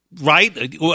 Right